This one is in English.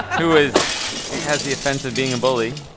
who has has the offence of being a bully.